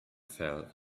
fell